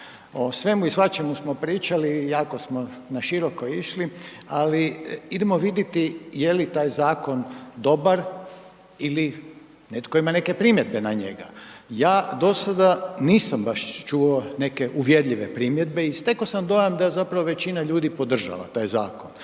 O svemu i svačemu smo pričali, jako smo naširoko išli, ali idemo vidjeti je li taj zakon dobar ili netko ima neke primjedbe na njega. Ja do sada nisam baš čuo neke uvjerljive primjedbe i steko sam dojam da zapravo većina ljudi podržava taj zakon.